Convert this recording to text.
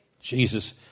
Jesus